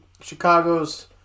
Chicago's